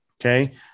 Okay